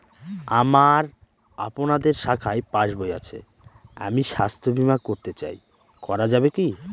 আমার আপনাদের শাখায় পাসবই আছে আমি স্বাস্থ্য বিমা করতে চাই করা যাবে কি?